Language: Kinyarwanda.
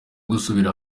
gusubira